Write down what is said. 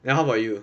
then how about you